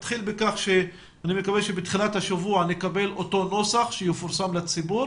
אני מקווה שבתחילת השבוע נקבל את אותו נוסח שיפורסם לציבור